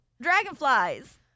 Dragonflies